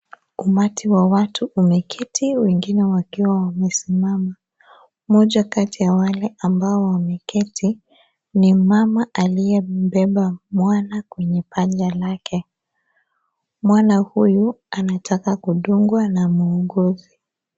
Umati wa watu umeketi wengine wakiwa wamesimama, moja ya kati ya wale ambao wameketi ni mama aliyembeba mwana kwenye paja lake, mwana huyu anataka kudungwa na muuguzi.